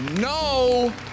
No